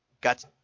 got